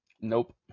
Nope